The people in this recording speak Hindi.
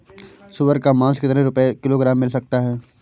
सुअर का मांस कितनी रुपय किलोग्राम मिल सकता है?